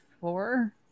four